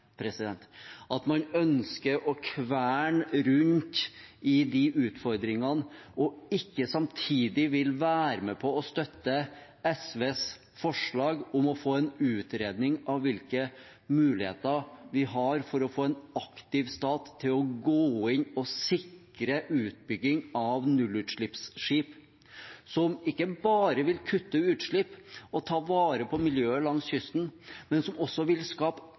At man ønsker å kverne rundt i utfordringene og ikke samtidig vil være med på å støtte SVs forslag om å få en utredning av hvilke muligheter vi har for å få en aktiv stat til å gå inn og sikre utbygging av nullutslippsskip, som ikke bare vil kutte utslipp og ta vare på miljøet langs kysten, men som også vil skape